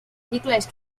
nicolas